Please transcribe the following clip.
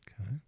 Okay